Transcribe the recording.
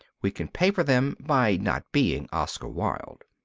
we can pay for them by not being oscar wilde.